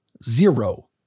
Zero